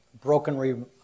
broken